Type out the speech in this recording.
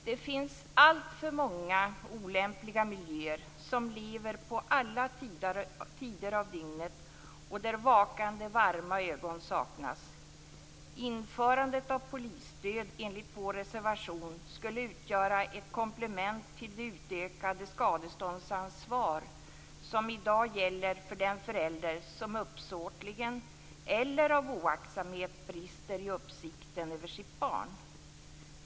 Det finns alltför många olämpliga miljöer, miljöer som lever på alla tider av dygnet och där vakande varma ögon saknas. Införandet av polisstöd enligt vår reservation skulle utgöra ett komplement till det utökade skadeståndsansvar som i dag gäller för den förälder som uppsåtligen eller av oaktsamhet brister i uppsikten över sitt barn.